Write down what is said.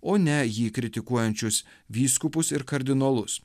o ne jį kritikuojančius vyskupus ir kardinolus